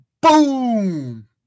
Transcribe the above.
Boom